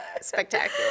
spectacular